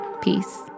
Peace